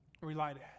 relied